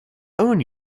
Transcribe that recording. own